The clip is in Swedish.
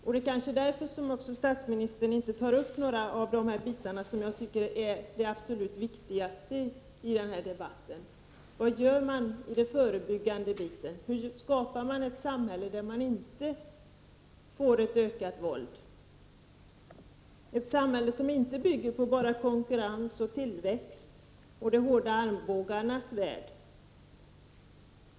Kanske är det därför som statsministern inte heller tar upp några av de frågor som jag anser vara de absolut viktigaste i debatten. Vad gör man när det gäller det förebyggande arbetet? Hur skapar man ett samhälle utan ett ökat våld? Hur får man ett samhälle som inte bygger på bara konkurrens och tillväxt, en de hårda armbågarnas värld?